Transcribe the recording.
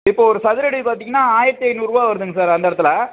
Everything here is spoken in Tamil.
இப்போது ஒரு சதுரடி பார்த்தீங்கன்னா ஆயிரத்தி ஐந்நூறுபா வருதுங்க சார் அந்த இடத்துல